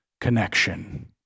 connection